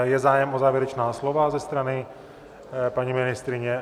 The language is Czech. Je zájem o závěrečná slova ze strany paní ministryně?